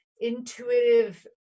intuitive